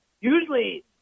usually